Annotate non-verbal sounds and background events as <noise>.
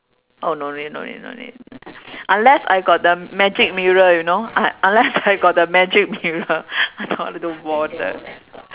oh no need no need no need unless I got the magic mirror you know ah unless <laughs> I got the magic <laughs> mirror I don't want to do bothered